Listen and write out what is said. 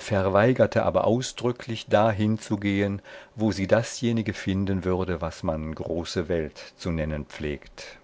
verweigerte aber ausdrücklich dahin zu gehen wo sie dasjenige finden würde was man große welt zu nennen pflegt